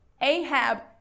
Ahab